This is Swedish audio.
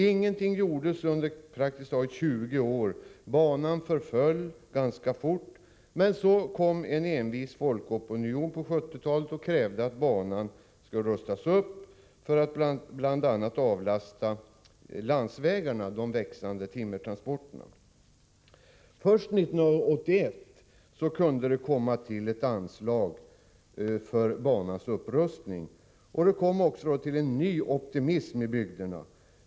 Ingenting gjordes under praktiskt taget 20 år. Banan förföll ganska snart. Men på 1970-talet krävde en envis folkopinion att banan skulle rustas upp för att bl.a. avlasta landsvägarna de växande timmertransporterna. Först 1981 kunde anslag utverkas för banans upprustning. Detta ledde till att det blev en ny optimism i bygderna.